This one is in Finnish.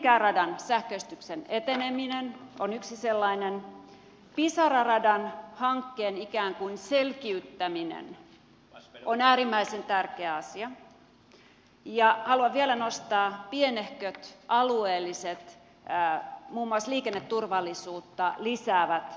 hankohyvinkää radan sähköistyksen eteneminen on yksi sellainen pisara radan hankkeen ikään kuin selkiyttäminen on äärimmäisen tärkeä asia ja haluan vielä nostaa pienehköt alueelliset muun muassa liikenneturvallisuutta lisäävät rakennuskohteet